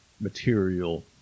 material